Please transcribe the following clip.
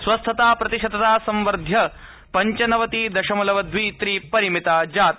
स्वस्थताप्रतिशतता संवर्ध्य पंचनवति दशमलव द्वि त्रिपरिमिता जाता